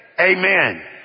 Amen